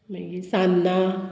मागीर सान्नां